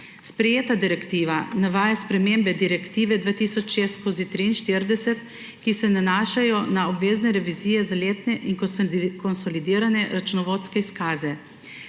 Sprejeta direktiva navaja spremembe Direktive 2006/43, ki se nanašajo na obvezne revizije za letne in konsolidirane računovodske izkaze.